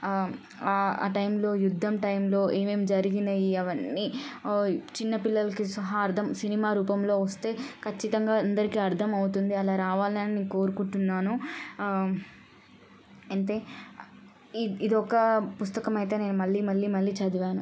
ఆ టైంలో యుద్ధం టైంలో ఏమేమి జరిగినవి అవన్నీ చిన్నపిల్లలకి సహా అర్థం సినిమా రూపంలో వస్తే ఖచ్చితంగా అందరికీ అర్థం అవుతుంది అలా రావాలని నేను కోరుకుంటున్నాను అయితే ఇది ఇదొక పుస్తకమైతే నేను మళ్ళీ మళ్ళీ మళ్ళీ చదివాను